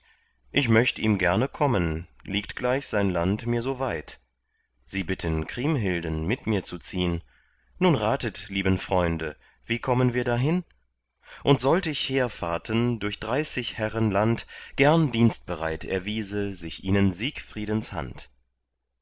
ich möcht ihm gerne kommen liegt gleich sein land mir so weit sie bitten kriemhilden mit mir zu ziehn nun ratet lieben freunde wie kommen wir dahin und sollt ich heerfahrten durch dreißig herren land gern dienstbereit erwiese sich ihnen siegfriedens hand